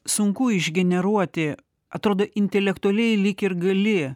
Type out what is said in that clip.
sunku išgeneruoti atrodo intelektualiai lyg ir gali